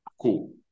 Cool